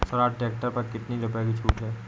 Swaraj tractor पर कितनी रुपये की छूट है?